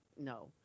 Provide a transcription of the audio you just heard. no